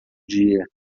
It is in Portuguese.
dia